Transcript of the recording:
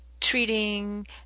treating